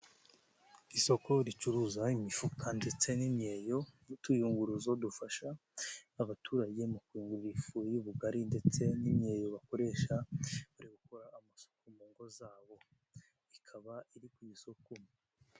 Isoko ricuruza imifuka ndetse n'imyeyo n'utuyunguruzo dufasha abaturage mu kuyungurura ifu y'ubugari ndetse n'imyeyo bakoresha bari gukora amasuku mu ngo zabo, ikaba iri ku isoko.